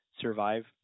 survive